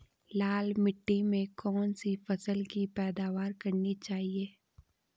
लाल मिट्टी में कौन सी फसल की पैदावार करनी चाहिए?